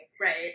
Right